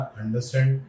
understand